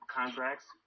contracts